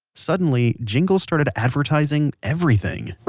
suddenly jingles started advertising everything!